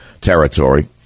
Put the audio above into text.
territory